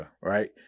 right